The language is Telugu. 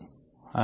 అది ఇలా ఉంటుంది